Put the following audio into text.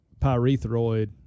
pyrethroid